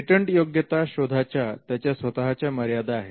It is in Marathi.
पेटंटयोग्यता शोधाच्या त्याच्या स्वतःच्या मर्यादा आहेत